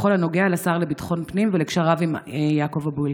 בכל הנוגע לשר לביטחון הפנים ולקשריו עם יעקוב אבו אלקיעאן?